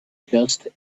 just